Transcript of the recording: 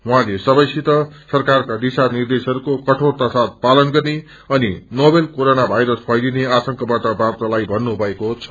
उहाँले सबैसित सरकारका दिशा निर्देशहरूको कठोरतासाय पालन गर्ने अनि नोवेल कोरोना वायरस फैलिने आशंकाट बाँच्नलाई भन्नुभएको छ